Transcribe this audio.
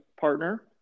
partner